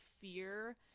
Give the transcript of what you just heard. fear